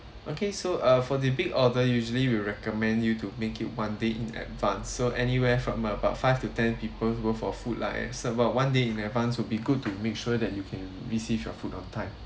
okay so uh for the big order usually we recommend you to make it one day in advance so anywhere from about five to ten people's worth of food lah as about one day in advance will be good to make sure that you can receive your food on time